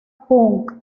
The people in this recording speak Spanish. punk